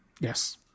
yes